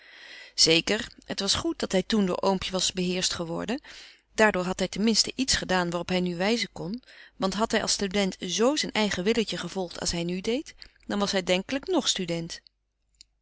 zeker het was goed dat hij toen door oompje was beheerscht geworden daardoor had hij ten minste iets gedaan waarop hij nu wijzen kon want had hij als student zoo zijn eigen willetje gevolgd als hij nu deed dan was hij denkelijk nog student